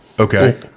Okay